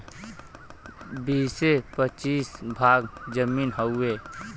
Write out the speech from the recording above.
बीसे पचीस भाग जमीन हउवे